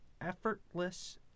effortless